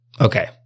Okay